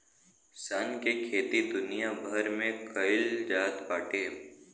सन के खेती दुनिया भर में कईल जात बाटे